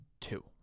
two